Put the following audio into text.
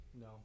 No